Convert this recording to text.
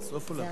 חברי הכנסת,